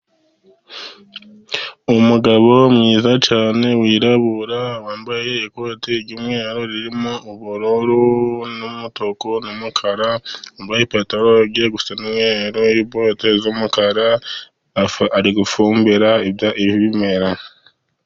Umugabo mwiza cyane wirabura, wambaye ikote ry'umweru ririmo ubururu n'umutuku, n'umukara, wambaye ipantaro igiye gusa n'umweru na bote z'umukara. Ari gufumbira ibimera.